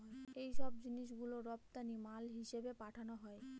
এইসব জিনিস গুলো রপ্তানি মাল হিসেবে পাঠানো হয়